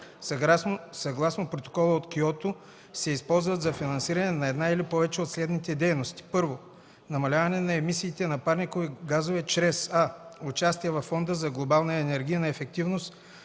съгласно Протокола от Киото, се използват за финансиране на една или повече от следните дейности: 1. намаляване на емисиите на парникови газове чрез: а) участие във Фонда за глобална енергийна ефективност